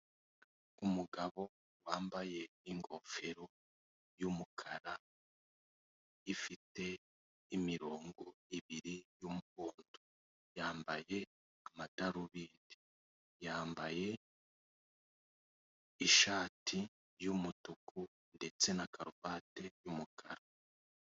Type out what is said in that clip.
Umugabo wambaye ingofero y'umukara itite imirongo ibiri y'umuhondo, yambaye amadarubindi, yambaye ishati y'umutuku ndetse na karuvate y'umukara.